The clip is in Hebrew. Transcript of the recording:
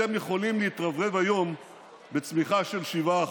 אתם יכולים להתרברב היום בצמיחה של 7%,